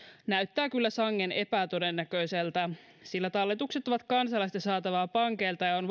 näyttää kyllä sangen epätodennäköiseltä sillä talletukset ovat kansalaisten saatavaa pankeilta ja on